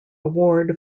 award